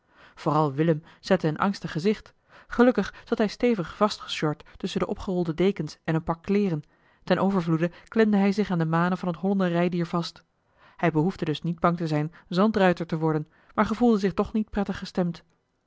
vooral willem zette een angstig gezicht gelukkig zat hij stevig vastgesjord tusschen de opgerolde dekens en een pak kleeren ten overvloede klemde hij zich aan de manen van het hollende rijdier vast hij behoefde dus niet bang te zijn zandruiter te worden maar gevoelde zich toch niet prettig gestemd